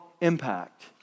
impact